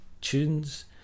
tunes